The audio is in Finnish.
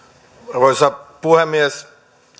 arvoisa puhemies edustaja